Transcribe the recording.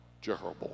Jeroboam